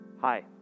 Hi